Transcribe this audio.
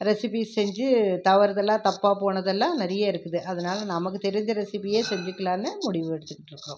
recipes செஞ்சு தவறுதலாக தப்பாக போனதெல்லாம் நிறையா இருக்குது அதனால் நமக்கு தெரிஞ்ச ரெசிபியே செஞ்சுக்கலான்னு முடிவெடுத்துக்கிட்டிருக்கோம்